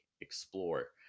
explore